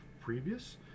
previous